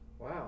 Wow